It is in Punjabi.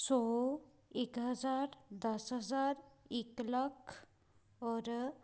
ਸੌ ਇੱਕ ਹਜ਼ਾਰ ਦਸ ਹਜ਼ਾਰ ਇੱਕ ਲੱਖ ਔਰ